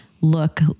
look